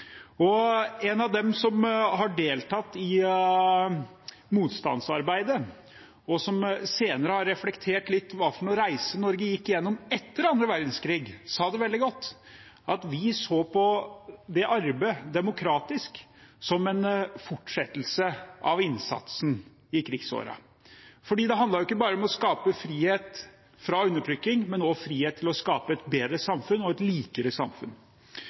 samfunn. En av dem som deltok i motstandsarbeidet, og som senere har reflektert litt over hva slags reise Norge gikk gjennom etter annen verdenskrig, sa det veldig godt: Vi så på det demokratiske arbeidet som en fortsettelse av innsatsen i krigsårene, for det handlet ikke bare om å skape frihet fra undertrykking, men også om frihet til å skape et bedre samfunn – og et likere samfunn.